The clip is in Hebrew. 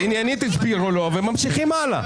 עניינית הסבירו לכם ואתם ממשיכים הלאה.